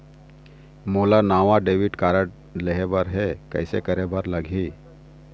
मोला नावा debit card लेबर हे, कइसे करे बर लगही?